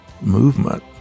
movement